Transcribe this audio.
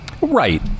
Right